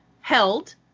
held